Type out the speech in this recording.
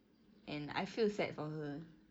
and I feel sad for her